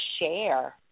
share